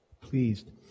pleased